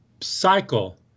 cycle